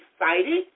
excited